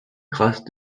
grâces